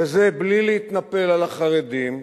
וזה בלי להתנפל על החרדים,